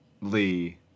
Lee